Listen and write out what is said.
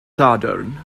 sadwrn